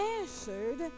answered